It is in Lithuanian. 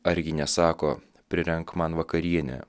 argi nesako prirenk man vakarienę